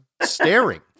staring